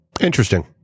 interesting